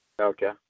Okay